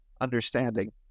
understanding